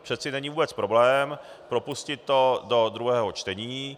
Přeci není vůbec problém propustit to do druhého čtení.